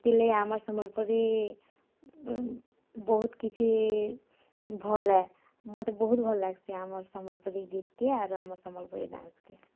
ସେଥିରଲାଗି ଆମର୍ ସମ୍ବଲପୁରୀ ବହୁତ୍ କିଛି ଭଲ୍ ହେ ମତେ ବହୁତ୍ ଭଲ୍ ଲାଗ୍ସି ଆମର୍ ସମ୍ବଲପୁରୀ ଗୀତ୍ କେ ଆର୍ ଆମର୍ ସମ୍ବଲପୁରୀ ଡ଼୍ୟାନ୍ସକେ